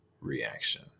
reaction